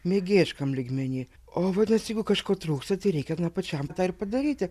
mėgėjiškam lygmeny o vadinasi jeigu kažko trūksta tai reikia pačiam tą ir padaryti